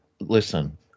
Listen